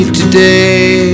today